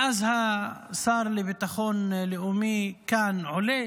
ואז השר לביטחון לאומי לכאן עולה